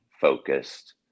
focused